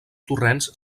torrents